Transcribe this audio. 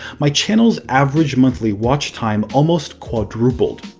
my channel's average monthly watch time almost quadrupled.